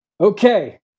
Okay